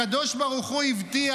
הקדוש ברוך הוא הבטיח